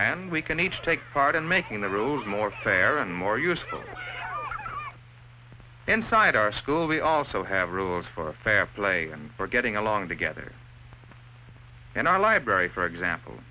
and we can each take part in making the rules more fair and more useful inside our school we also have rules for a fair play and for getting along together in our library for example